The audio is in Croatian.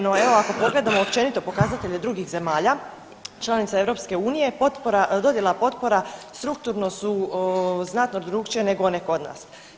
No evo ako pogledamo općenito pokazatelje drugih zemalja, članica EU, potpora, dodjela potpora strukturno su značajno drukčije nego one kod nas.